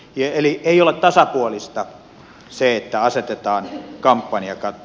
eli ei ole tasapuolista se että asetetaan kampanjakatto